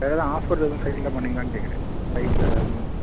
வேறு எதுவும் ஆஃபர் எதுவும் சைட்டில் பண்ணுவீங்களான்னு கேட்கறேன் சைட்டில் எதுவும்